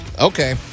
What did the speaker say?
Okay